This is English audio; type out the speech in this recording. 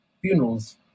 funerals